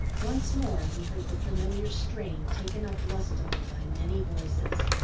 once more he heard the familiar strain taken up lustily by many voices.